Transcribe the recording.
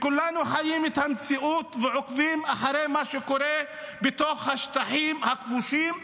כולנו חיים את המציאות ועוקבים אחרי מה שקורה בתוך השטחים הכבושים,